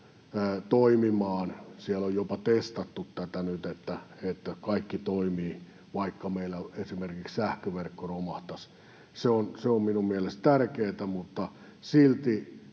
toimimaan. Siellä on jopa testattu tätä nyt, että kaikki toimii, vaikka meillä esimerkiksi sähköverkko romahtaisi. Se on minun mielestäni tärkeätä, mutta silti,